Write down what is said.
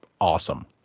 awesome